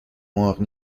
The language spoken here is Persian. مرغ